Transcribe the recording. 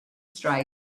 strike